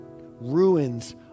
Ruins